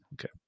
Okay